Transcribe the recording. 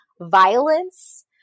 violence